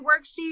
worksheet